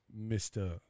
Mr